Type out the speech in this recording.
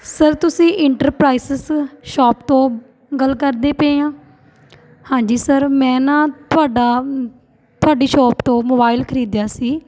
sir ਤੁਸੀਂ enterprises shop ਤੋਂ ਗੱਲ ਕਰਦੇ ਪਏ ਹਾਂ ਹਾਂਜੀ ਸਰ ਮੈਂ ਨਾ ਤੁਹਾਡਾ ਤੁਹਾਡੀ ਸ਼ੋਪ ਤੋਂ ਮੋਬਾਇਲ ਖਰੀਦਿਆ ਸੀ